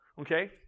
okay